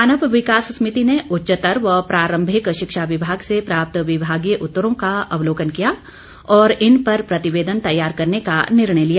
मानव विकास समिति ने उच्चतर व प्रारम्भिक शिक्षा विभाग से प्राप्त विभागीय उत्तरों का अवलोकन किया और इन पर प्रतिवेदन तैयार करने का निर्णय लिया